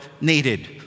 needed